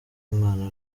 umwana